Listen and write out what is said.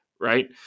Right